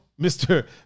Mr